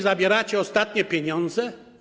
Zabieracie im ostatnie pieniądze?